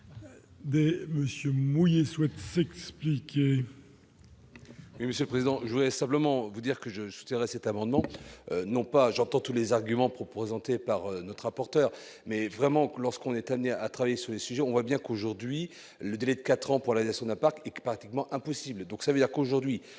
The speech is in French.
Monsieur le Président, je voudrais simplement vous dire que je soutiendrai cet amendement non pas j'entends tous les arguments propose hanté par notre rapporteur, mais vraiment que lorsqu'on est amené à travailler sur le sujet, on voit bien qu'aujourd'hui, le délai de 4 ans pour la nation n'a pas et que pratiquement impossible,